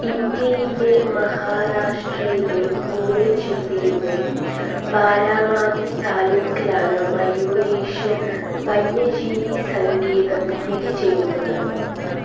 ഇന്ത്യയിലെ മഹാരാഷ്ട്രയിലെ പൂനെ ജില്ലയിലെ ബാരാമതി താലൂക്കിലാണ് മയൂരേശ്വര് വന്യജീവി സങ്കേതം സ്ഥിതി ചെയ്യുന്നത്